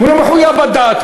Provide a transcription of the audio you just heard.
הוא לא היה מחויב בדת,